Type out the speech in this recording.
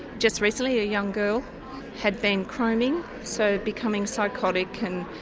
just recently a young girl had been chroming, so becoming psychotic and.